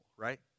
right